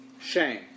Shame